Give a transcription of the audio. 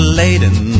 laden